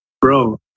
Bro